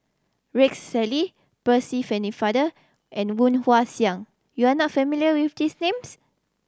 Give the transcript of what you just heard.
Rex Shelley Percy Pennefather and Woon Wah Siang you are not familiar with these names